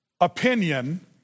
opinion